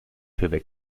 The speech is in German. zähler